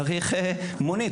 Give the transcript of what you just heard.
צריך מונית,